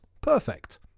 perfect